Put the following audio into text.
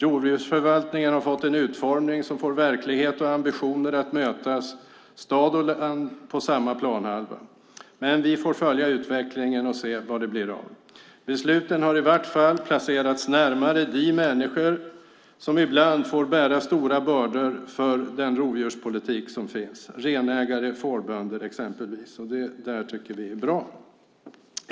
Rovdjursförvaltningen har fått en utformning som får verklighet och ambitioner att mötas, stad och land på samma planhalva. Men vi får följa utvecklingen och se vad det blir av det hela. Besluten har i vart fall placerats närmare de människor som ibland får bära stora bördor på grund av rovdjurspolitiken, exempelvis renägare och fårbönder, och det tycker vi är bra.